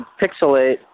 pixelate